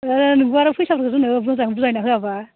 ओइ नोंबो आरो फैसाफोरखौ जोंनोबो मोजाङै बुजायना होआबा